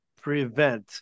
prevent